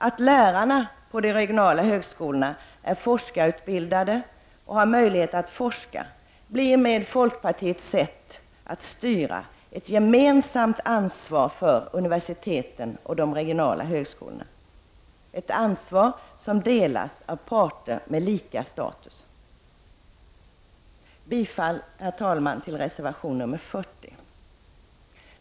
Att lärarna även på de regionala högskolorna är forskarutbildade och har möjligheter att forska gör att det med folkpartiets sätt att styra blir ett gemensamt ansvar för universiteten och regionala högskolor. Anvaret delas därmed av parter med lika status. Herr talman! Jag yrkar bifall till reservation nr 40.